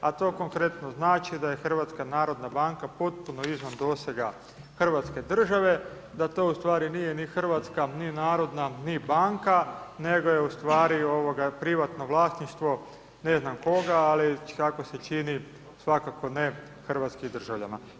A to konkretno znači, da je HNB potpuno izvan dosega Hrvatske države, da to ustvari nije ni hrvatska ni narodna ni banka, nego je ustvari privatno vlasništvo ne znam koga, ali kako se čini, svakako ne hrvatskih državljana.